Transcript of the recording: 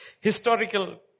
historical